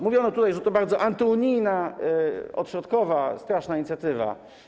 Mówiono tutaj, że to jest bardzo antyunijna, odśrodkowa, straszna inicjatywa.